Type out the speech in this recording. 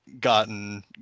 gotten